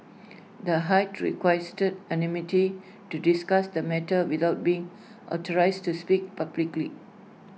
the high requested anonymity to discuss the matter without being authorised to speak publicly